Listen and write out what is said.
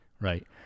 right